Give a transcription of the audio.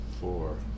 Four